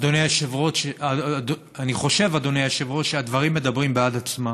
אדוני היושב-ראש, שהדברים מדברים בעד עצמם.